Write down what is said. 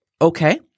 Okay